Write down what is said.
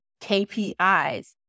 KPIs